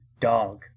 dog